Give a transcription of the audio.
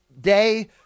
day